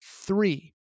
Three